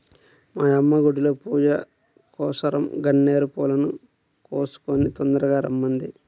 మా యమ్మ గుడిలో పూజకోసరం గన్నేరు పూలను కోసుకొని తొందరగా రమ్మంది